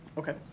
Okay